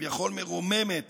שכביכול מרוממת